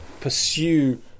pursue